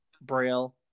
Braille